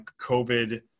COVID